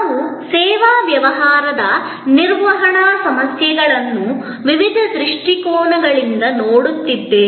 ನಾವು ಸೇವಾ ವ್ಯವಹಾರ ನಿರ್ವಹಣಾ ಸಮಸ್ಯೆಗಳನ್ನು ವಿವಿಧ ದೃಷ್ಟಿಕೋನಗಳಿಂದ ನೋಡುತ್ತಿದ್ದೇವೆ